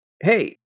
Hey